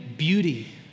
Beauty